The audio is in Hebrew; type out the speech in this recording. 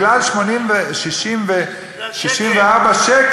בגלל 64 שקל,